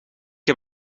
heb